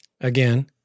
again